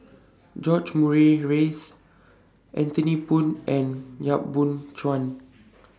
George Murray Reith Anthony Poon and Yap Boon Chuan